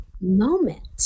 moment